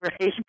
right